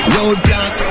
Roadblock